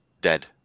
Dead